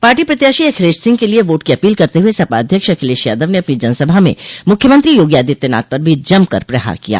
party प्रत्याशी अखिलेश सिंह के लिए वोट की अपील करते हुए सपा अध्यक्ष अखिलेश यादव ने अपनी जनसभा में मुख्यमंत्री योगी आदित्यनाथ पर भी जमकर प्रहार किय